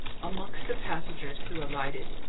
amongst the passengers who alighted,